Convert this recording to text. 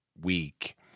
week